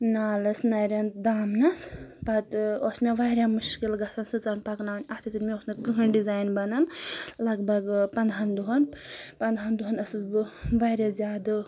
نالَس نَرؠن دامنَس پَتہٕ اوس مےٚ واریاہ مُشکِل گژھان سٕژَن پَکناوٕنۍ اَتھہٕ ستۭۍ مےٚ اوس نہٕ کٕہٕنۍ ڈِزایِن بَنان لگ بگ پنٛدہَن دۄہَن پنٛداہَن دۄہَن ٲسٕس بہٕ واریاہ زیادٕ